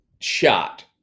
shot